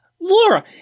Laura